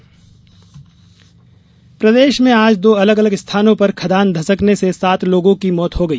खदान मौत प्रदेश में आज दो अलग अलग स्थानों पर खदान धंसकने से सात लोगों की मौत हो गई